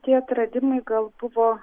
tie atradimai gal buvo